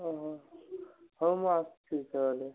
ଓ ହୋ ହଉ ମୁଁ ଆସୁଛି ତାହାଲେ